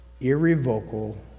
irrevocable